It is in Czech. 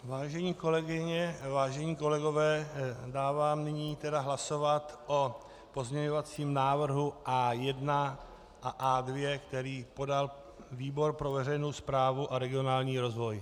Vážené kolegyně, vážení kolegové, dávám nyní tedy hlasovat o pozměňovacím návrhu A1 a A2, který podal výbor pro veřejnou správu a regionální rozvoj.